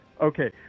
Okay